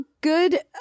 good